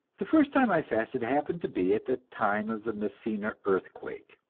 the first time i fasted happened to be at the time of the messina earthquake.